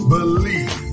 Believe